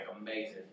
amazing